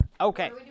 Okay